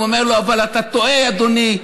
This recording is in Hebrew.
הוא אומר לו: אבל אתה טועה, אדוני,